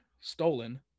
stolen